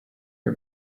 her